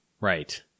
Right